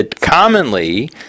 commonly